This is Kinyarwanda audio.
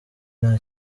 nta